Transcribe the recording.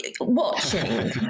watching